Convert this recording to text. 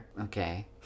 Okay